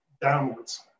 downwards